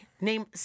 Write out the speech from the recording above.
Name